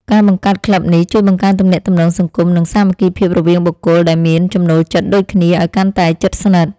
ការបង្កើតក្លឹបនេះ ជួយបង្កើនទំនាក់ទំនងសង្គម និងសាមគ្គីភាពរវាងបុគ្គលដែលមានចំណូលចិត្តដូចគ្នាឱ្យកាន់តែជិតស្និទ្ធ។